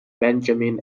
benjamin